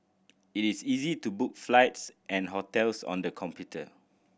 it is easy to book flights and hotels on the computer